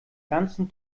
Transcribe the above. ganzen